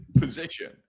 position